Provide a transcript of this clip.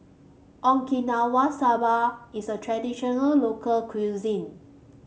Okinawa Soba is a traditional local cuisine